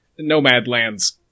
Nomadland's